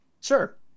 sure